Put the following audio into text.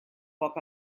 poc